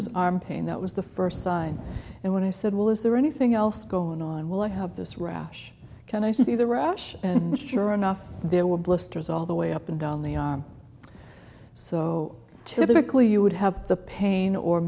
his arm pain that was the first sign and when i said well is there anything else going on while i have this rash can i see the rash and sure enough there were blisters all the way up and down the arm so typically you would have the pain or